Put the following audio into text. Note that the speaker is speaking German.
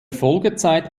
folgezeit